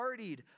partied